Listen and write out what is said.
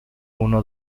uno